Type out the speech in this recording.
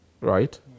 Right